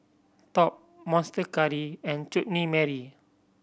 Top Monster Curry and Chutney Mary